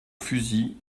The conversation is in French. fusil